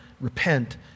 repent